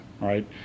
right